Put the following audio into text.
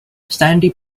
sandy